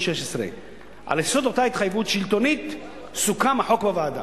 16. על יסוד אותה התחייבות שלטונית סוכם החוק בוועדה.